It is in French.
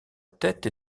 tête